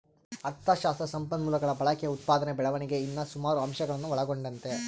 ಅಥಶಾಸ್ತ್ರ ಸಂಪನ್ಮೂಲಗುಳ ಬಳಕೆ, ಉತ್ಪಾದನೆ ಬೆಳವಣಿಗೆ ಇನ್ನ ಸುಮಾರು ಅಂಶಗುಳ್ನ ಒಳಗೊಂಡತೆ